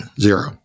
Zero